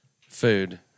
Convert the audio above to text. food